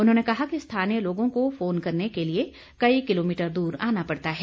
उन्होंने कहा कि स्थानीय लोगों को फोन करने के लिए कई किलोमीटर दूर आना पड़ता है